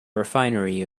refinery